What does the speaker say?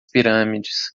pirâmides